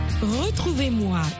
Retrouvez-moi